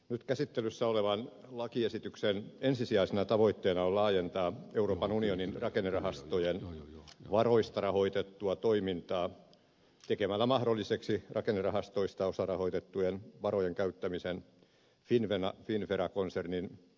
nyt käsittelyssä olevan lakiesityksen ensisijaisena tavoitteena on laajentaa euroopan unionin rakennerahastojen varoista rahoitettua toimintaa tekemällä mahdolliseksi rakennerahastoista osarahoitettujen varojen käyttämisen finnvera konsernin pääomasijoitustoimintaan